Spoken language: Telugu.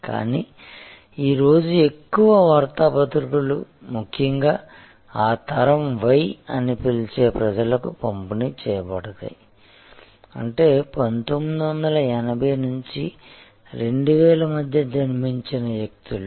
కానీ ఈ రోజు ఎక్కువ వార్తాపత్రికలు ముఖ్యంగా ఆ తరం y అని పిలిచే ప్రజలకు పంపిణీ చేయబడతాయి అంటే 1980 నుంచి 2000 మధ్య జన్మించిన వ్యక్తులు